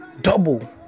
Double